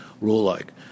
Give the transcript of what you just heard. rule-like